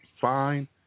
fine